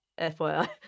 FYI